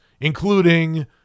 including